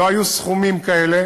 לא היו סכומים כאלה